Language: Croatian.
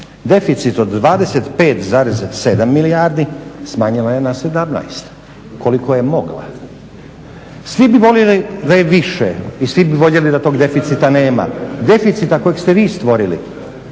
Deficit od 25,7 milijardi smanjila je na 17 koliko je mogla. Svi bi voljeli da je više i svi bi voljeli da toga deficita nema, deficita kojeg ste vi stvorili,